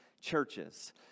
churches